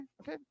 okay